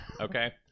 okay